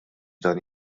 dan